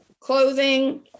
clothing